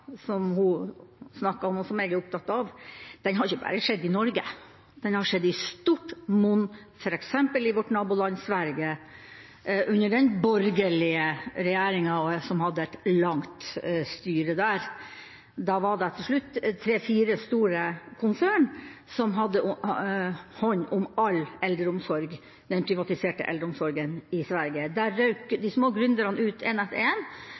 har ikke bare skjedd i Norge. Den har skjedd i stort monn f.eks. i vårt naboland Sverige, under den borgerlige regjeringa, som hadde et langt styre der. Det var til slutt tre–fire store konsern som hadde hånd om all eldreomsorg, den privatiserte eldreomsorgen, i Sverige. Der røk de små gründerne ut